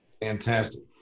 Fantastic